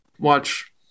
Watch